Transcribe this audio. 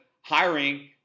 hiring